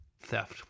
theft